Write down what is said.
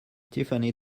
tiffany